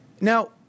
Now